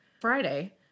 Friday